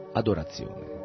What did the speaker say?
adorazione